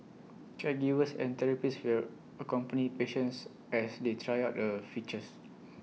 caregivers and therapists will accompany patients as they try out the features